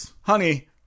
honey